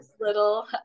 little